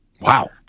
Wow